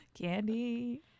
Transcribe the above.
candy